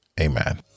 amen